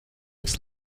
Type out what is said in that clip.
its